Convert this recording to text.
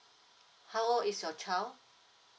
how old is your child